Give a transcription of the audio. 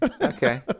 Okay